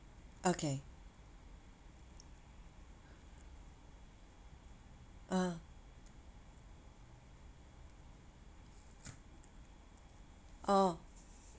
okay ah orh